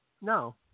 No